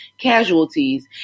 casualties